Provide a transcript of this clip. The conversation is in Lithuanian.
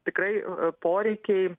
tikrai poreikiai